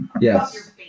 Yes